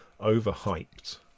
overhyped